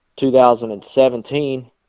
2017